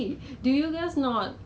因为我觉得那个